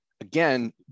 again